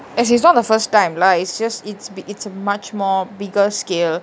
as in it's not the first time lah is just that it's a much more bigger scale